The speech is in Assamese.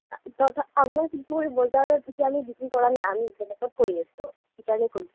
আমাৰ শিলপুখুৰীৰ বজাৰত এতিয়া আমি বিক্ৰী কৰা নাই আমি বেলেগত কৰি আছো সেইকাৰণে কৈছোঁ